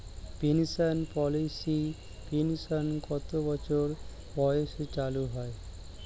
Pension পলিসির pension কত বছর বয়সে চালু হয়?